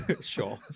Sure